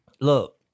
look